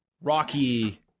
Rocky